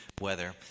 weather